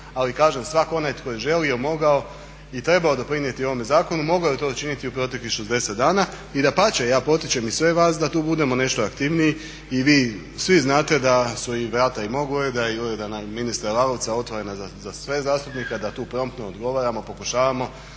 ali kažem, svatko onaj tko je želio, mogao i trebao doprinijeti ovome zakonu mogao je to učiniti u proteklih 60 dana. I dapače, ja potičem i sve vas da tu budemo nešto aktivniji i vi svi znate da su i vrata i mog ureda i ureda ministra Lalovca, otvorena za sve zastupnike a da tu promptno odgovaramo, pokušavamo.